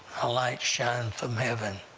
a light shined from heaven,